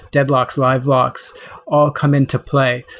deadlocks, live blocks all come into play.